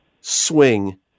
swing